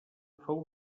fou